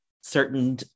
certain